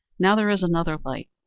now there is another light,